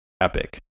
epic